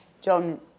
John